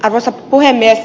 arvoisa puhemies